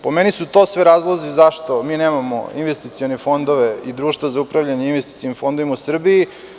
Po meni su to sve razlozi zašto mi nemamo investicione fondove i društvo za upravljanje investicionim fondovima u Srbiji.